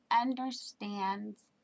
understands